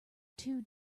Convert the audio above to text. two